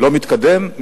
לא מתקדם,